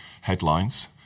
headlines